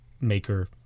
maker